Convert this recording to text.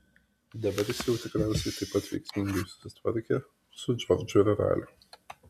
dabar jis jau tikriausiai taip pat veiksmingai susitvarkė su džordžu ir raliu